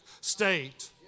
state